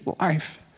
life